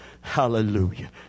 hallelujah